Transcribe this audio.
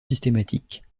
systématique